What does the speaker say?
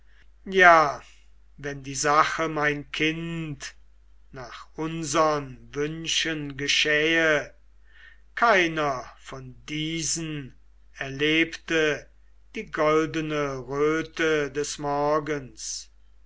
ja wenn die sache mein kind nach unsern wünschen geschähe keiner von diesen erlebte die goldene röte des morgens